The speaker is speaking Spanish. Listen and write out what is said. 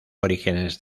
orígenes